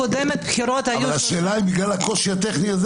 אבל השאלה אם בגלל הקושי הטכני הזה